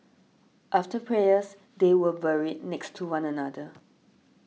after prayers they were buried next to one another